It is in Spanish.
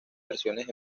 versiones